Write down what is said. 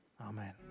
Amen